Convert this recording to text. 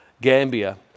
Gambia